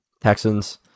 Texans